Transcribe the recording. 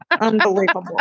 Unbelievable